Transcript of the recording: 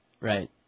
right